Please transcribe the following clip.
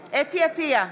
חוה אתי עטייה,